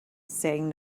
saying